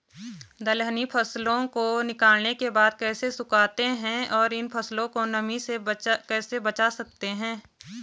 दलहनी फसलों को निकालने के बाद कैसे सुखाते हैं और इन फसलों को नमी से कैसे बचा सकते हैं?